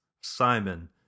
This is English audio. simon